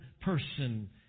person